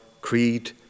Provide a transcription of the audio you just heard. creed